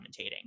commentating